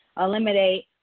eliminate